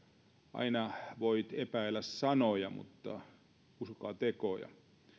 aina voitte epäillä sanoja mutta uskokaa tekoja